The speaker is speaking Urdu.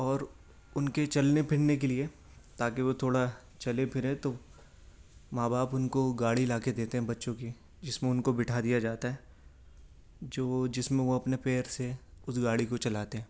اور ان کے چلنے پھرنے کے لئے تاکہ وہ تھوڑا چلیں پھریں تو ماں باپ ان کو گاڑی لاکے دیتے ہیں بچوں کی جس میں ان کو بٹھا دیا جاتا ہے جو جس میں وہ اپنے پیر سے اس گاڑی کو چلاتے ہیں